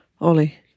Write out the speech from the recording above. Ollie